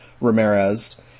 Ramirez